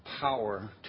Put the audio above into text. power